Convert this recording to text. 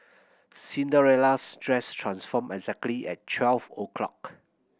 Cinderella's dress transformed exactly at twelve o' clock